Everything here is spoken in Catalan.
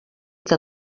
que